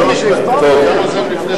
ודאי שהוא התפטר.